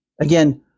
Again